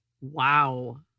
Wow